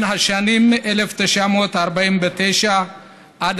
בשנים 1949 1956,